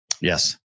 Yes